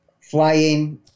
flying